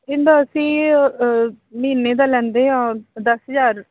ਇਹਦਾ ਅਸੀਂ ਮਹੀਨੇ ਦਾ ਲੈਂਦੇ ਹਾਂ ਦਸ ਹਜ਼ਾਰ